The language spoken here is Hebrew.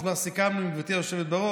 אז כבר סיכמנו עם גברתי היושבת בראש